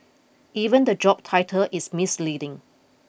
even the job title is misleading